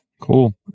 Cool